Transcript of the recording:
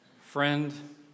friend